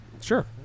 Sure